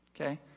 Okay